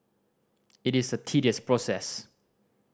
it is a tedious process